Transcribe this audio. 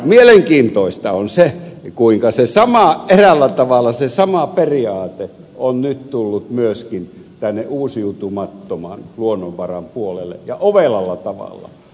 mielenkiintoista on se kuinka eräällä tavalla se sama periaate on nyt tullut myöskin tänne uusiutumattoman luonnonvaran puolelle ja ovelalla tavalla